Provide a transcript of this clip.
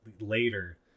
later